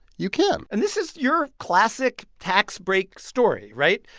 you can and this is your classic tax break story. right?